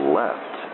left